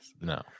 No